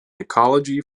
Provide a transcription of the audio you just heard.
ecology